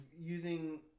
using